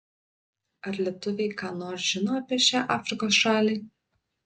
ar lietuviai ką nors žino apie šią afrikos šalį